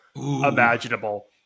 imaginable